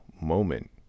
moment